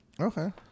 okay